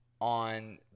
on